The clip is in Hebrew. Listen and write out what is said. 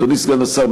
אדוני סגן השר,